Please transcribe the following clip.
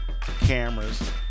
cameras